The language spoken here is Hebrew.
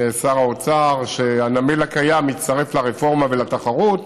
שר האוצר שהנמל הקיים יצטרף לרפורמה ולתחרות.